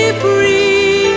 free